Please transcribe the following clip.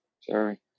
sorry